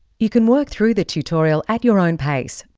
you can work through the tutorial at your own pace,